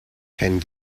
ten